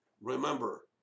Remember